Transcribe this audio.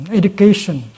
education